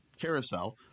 carousel